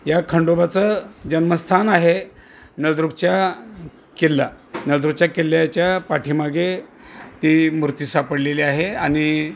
या खंडोबाचं जन्मस्थान आहे नळदुर्गच्या किल्ला नळदुर्गच्या किल्ल्याच्या पाठीमागे ती मूर्ती सापडलेली आहे आणि